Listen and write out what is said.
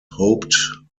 hoped